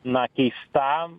na keista